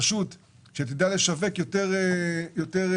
רשות שתדע לשווק יותר דירות,